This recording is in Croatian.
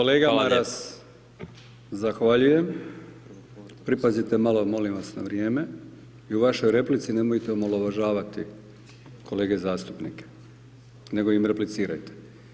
Kolega Maras, zahvaljujem, pripazite malo molim vas na vrijeme i u vašoj replici nemojte omalovažavati kolege zastupnike, nego im replicirajte.